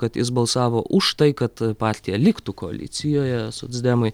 kad jis balsavo už tai kad partija liktų koalicijoje socdemai